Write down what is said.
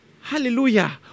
Hallelujah